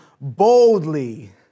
boldly